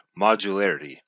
modularity